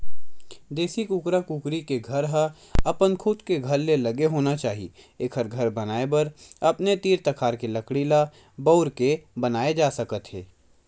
देसी कुकरा कुकरी के घर ह अपन खुद के घर ले लगे होना चाही एखर घर बनाए बर अपने तीर तखार के लकड़ी ल बउर के बनाए जा सकत हे